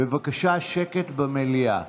בבקשה, שקט במליאה.